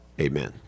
Amen